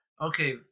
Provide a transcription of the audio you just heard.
Okay